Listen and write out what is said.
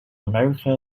america